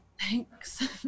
Thanks